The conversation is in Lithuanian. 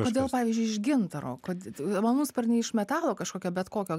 kodėl pavyzdžiui iš gintaro kod malūnsparnį iš metalo kažkokio bet kokio